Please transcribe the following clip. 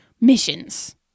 missions